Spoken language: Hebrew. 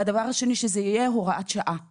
דבר שני, צריך שהתקנות האלה יהיו הוראת שעה לשנה.